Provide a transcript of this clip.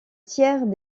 tiers